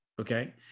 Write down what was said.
okay